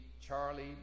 Charlie